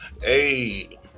hey